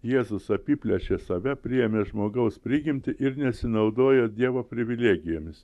jėzus apiplėšė save priėmė žmogaus prigimtį ir nesinaudojo dievo privilegijomis